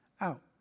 out